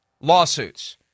lawsuits